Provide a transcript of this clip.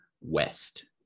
West